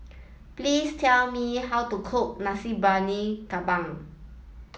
please tell me how to cook Nasi Briyani Kambing